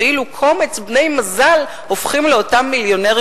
ואילו קומץ בני מזל הופכים לאותם מיליונרים